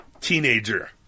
teenager